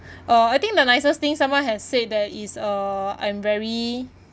uh I think the nicest thing someone has said that is uh I'm very